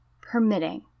permitting